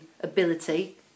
ability